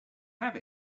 have